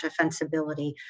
defensibility